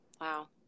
Wow